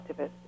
activist